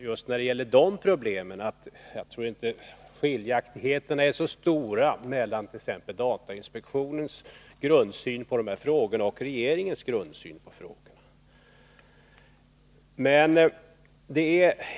Just när det gäller sådana problem tror jag inte skiljaktigheterna är så stora mellan t.ex. datainspektionens och regeringens grundsyn i de här frågorna.